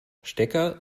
stecker